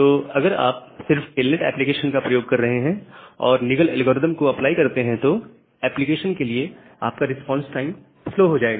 तो अगर आप सिर्फ टेलनेट एप्लीकेशन का प्रयोग कर रहे हैं और निगल एल्गोरिदम को अप्लाई करते हैं तो एप्लीकेशन के लिए आपका रिस्पांस टाइम स्लो हो जाएगा